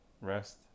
rest